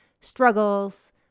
struggles